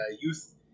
youth